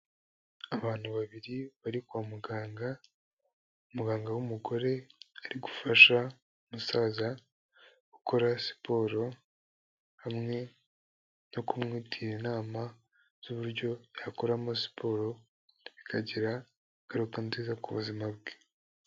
Abantu babiri bari kwa muganga, umuganga w'umugore ari gufasha umusaza gukora siporo, hamwe no kumugira inama z'uburyo yakuramo siporo bikagira ingaruka nziza ku buzima bwe.